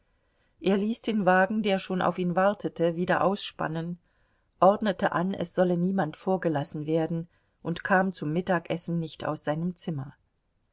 er ließ den wagen der schon auf ihn wartete wieder ausspannen ordnete an es solle niemand vorgelassen werden und kam zum mittagessen nicht aus seinem zimmer